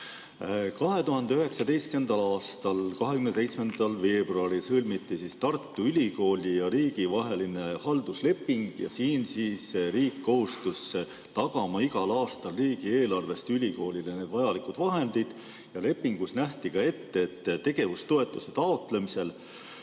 2019. aasta 27. veebruaril sõlmiti Tartu Ülikooli ja riigi vaheline haldusleping. Riik kohustus tagama igal aastal riigieelarvest ülikoolile vajalikud vahendid ja lepingus nähti ka ette, et tegevustoetuse taotlemisel